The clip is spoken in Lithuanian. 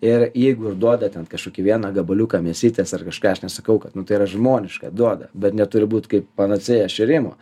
ir jeigu ir duoda ten kažkokį vieną gabaliuką mėsytės ar kažką aš nesakau kad nu tai yra žmoniška duoda bet neturi būti kaip panacėja šėrimo